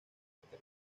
terminó